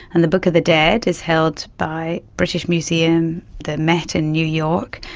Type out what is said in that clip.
and the book of the dead is held by british museum, the met in new york,